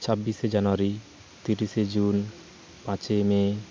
ᱪᱷᱟᱵᱽᱵᱤᱥᱮ ᱡᱟᱱᱩᱣᱟᱨᱤ ᱛᱤᱨᱤᱥᱮ ᱡᱩᱱ ᱯᱟᱪᱚᱭ ᱢᱮ